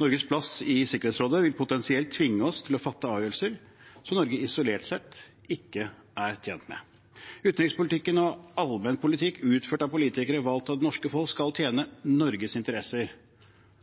Norges plass i Sikkerhetsrådet vil potensielt tvinge oss til å fatte avgjørelser som Norge isolert sett ikke er tjent med. Utenrikspolitikken og allmenn politikk utført av politikere valgt av det norske folk, skal tjene Norges interesser